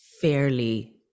fairly